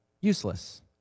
useless